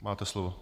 Máte slovo.